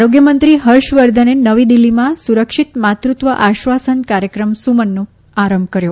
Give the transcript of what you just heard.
આરોગ્ય મંત્રી ફર્ષવર્ધને નવી દીલ્ફીમાં સુરક્ષિત માતૃત્વ આશ્વાસન કાર્યક્રમ સુમનનો આરંભ કર્યો